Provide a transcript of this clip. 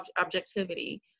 objectivity